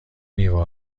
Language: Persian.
میوه